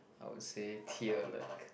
I would say tear like